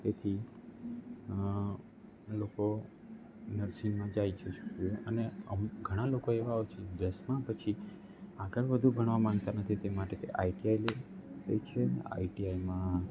તેથી લોકો નર્સિંગમાં જાય છે અને અમુક ઘણા લોકો એવા હોય છે દસમા પછી આગળ વધુ ભણવા માંગતા નથી તે માટે આઇટીઆઇ લે લે છે આઇટીઆઇમાં